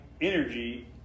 energy